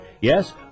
Yes